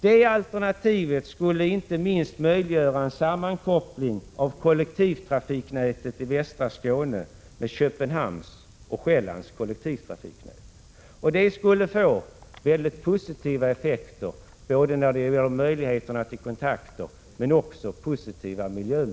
Det alternativet skulle inte minst möjliggöra en sammankoppling av kollektivtrafiknätet i västra Skåne med Köpenhamns och Själlands kollektivtrafiknät, och det skulle få väldigt positiva effekter både när det gäller möjligheterna till kontakter och när det gäller miljön.